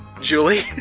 Julie